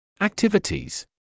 Activities